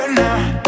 now